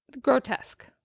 grotesque